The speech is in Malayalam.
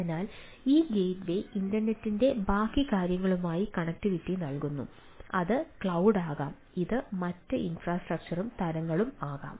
അതിനാൽ ഈ ഗേറ്റ്വേ ഇന്റർനെറ്റിന്റെ ബാക്കി കാര്യങ്ങളുമായി കണക്റ്റിവിറ്റി നൽകുന്നു അത് ക്ലൌഡ് ആകാം ഇത് മറ്റ് ഇൻഫ്രാസ്ട്രക്ചറും തരങ്ങളും ആകാം